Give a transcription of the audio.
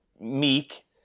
meek